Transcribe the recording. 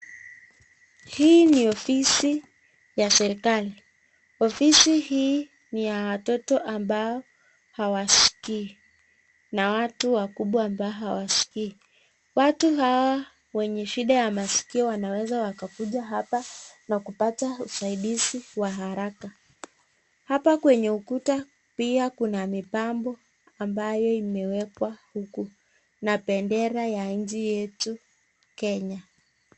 Hii ni ofisi ya serikali. Ofisi hii ni ya watoto ambao hawasikii na watu wakubwa ambao hawasikii. Watu hawa wenye shida ya masikio wanaweza wakakuja hapa na kupata usaidizi wa haraka. Hapa kwenye ukuta, pia kuna mapambo ambayo imewekwa huku na bendera ya nchi yetu Kenya.